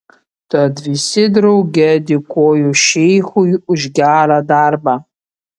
tad visi drauge dėkojo šeichui už gerą darbą